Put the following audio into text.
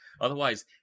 Otherwise